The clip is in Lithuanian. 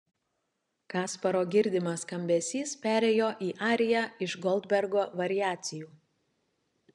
kasparo girdimas skambesys perėjo į ariją iš goldbergo variacijų